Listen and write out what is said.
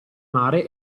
mare